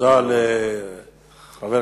תודה רבה.